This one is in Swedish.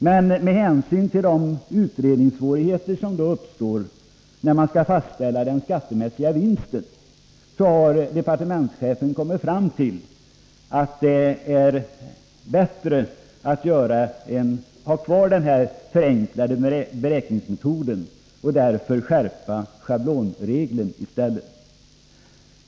Men med hänsyn till de utredningssvårigheter som uppstår när man skall fastställa den skattemässiga vinsten har departementschefen kommit fram till att det är bättre att ha kvar en enklare beräkningsmetod och i stället skärpa schablonregeln.